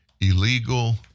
illegal